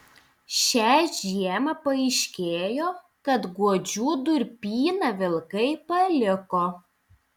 šią žiemą paaiškėjo kad guodžių durpyną vilkai paliko